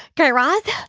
guy raz,